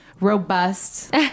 robust